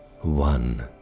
One